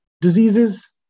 diseases